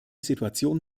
situation